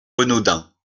renaudin